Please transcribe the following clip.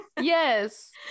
Yes